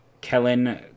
Kellen